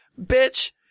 Bitch